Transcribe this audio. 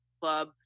Club